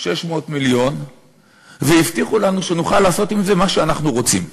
600 מיליון והבטיחו לנו שנוכל לעשות עם זה מה שאנחנו רוצים.